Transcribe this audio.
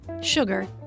Sugar